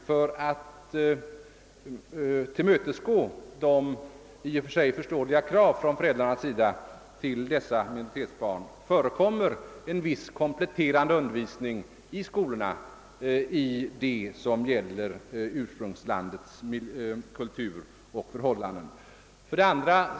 För att tillmötesgå de i och för sig förståeliga kraven från föräldrar till dessa minoritetsbarn förekommer i skolorna en viss kompletterande undervisning i sådant som gäller ursprungslandets kultur och övriga förhållanden.